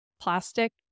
plastic